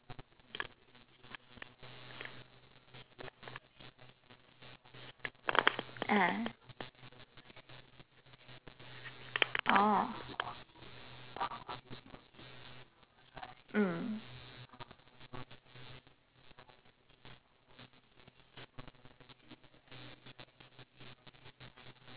ah oh mm